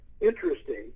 interesting